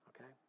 Okay